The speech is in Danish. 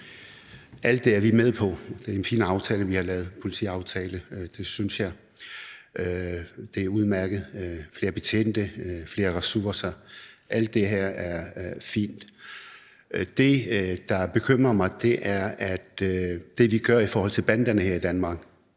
på. Det er en fin aftale, politiaftale, vi har lavet. Det synes jeg. Det er udmærket med flere betjente og flere ressourcer – alt det her er fint. Det, der bekymrer mig, er, at det, vi gør i forhold til banderne her i Danmark,